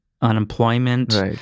unemployment